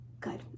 Good